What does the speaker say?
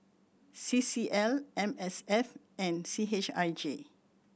C C L M S F and C H I J